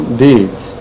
deeds